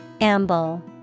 Amble